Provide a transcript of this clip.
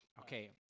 Okay